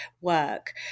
work